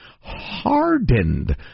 hardened